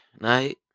night